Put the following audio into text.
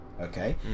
Okay